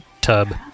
tub